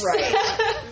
Right